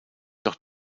doch